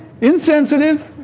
insensitive